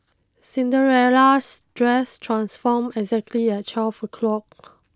Cinderella's dress transformed exactly at twelve o'clock